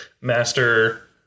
master